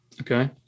okay